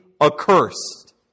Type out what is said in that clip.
accursed